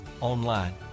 online